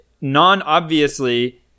non-obviously